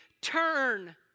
turn